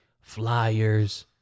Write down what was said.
flyers